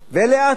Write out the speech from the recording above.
ולאט לאט